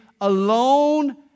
alone